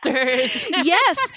Yes